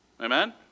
Amen